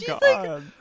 God